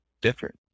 different